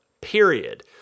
period